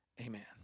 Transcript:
Amen